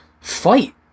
fight